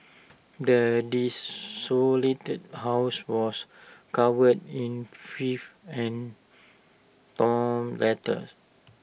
the desolated house was covered in fief and down letters